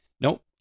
Nope